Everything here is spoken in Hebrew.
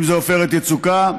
אם זה עופרת יצוקה,